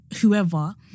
whoever